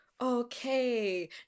okay